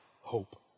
hope